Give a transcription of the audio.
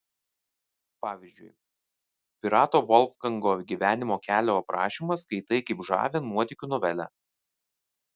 pavyzdžiui pirato volfgango gyvenimo kelio aprašymą skaitai kaip žavią nuotykių novelę